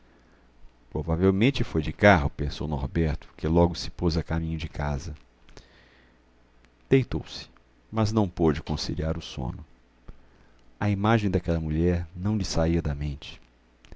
provavelmente foi de carro pensou o norberto que logo se pôs a caminho de casa deitou-se mas não pôde conciliar o sono a imagem daquela mulher não lhe saía da mente